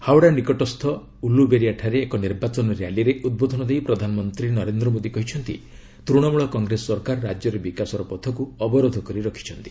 ହାଓ୍ୱଡ଼ା ନିକଟସ୍ଥ ଉଲୁବେରିଆଠାରେ ଏକ ନିର୍ବାଚନ ର୍ୟାଲିରେ ଉଦ୍ବୋଧନ ଦେଇ ପ୍ରଧାନମନ୍ତ୍ରୀ ନରେନ୍ଦ୍ର ମୋଦି କହିଛନ୍ତି ତୃଣମୂଳ କଂଗ୍ରେସ ସରକାର ରାଜ୍ୟରେ ବିକାଶର ପଥକୁ ଅବରୋଧ କରି ରଖିଛି